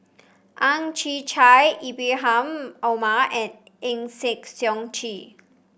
Ang Chwee Chai Ibrahim Omar and Eng Chee